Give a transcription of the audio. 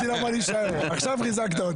תודה.